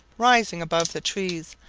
rising above the trees,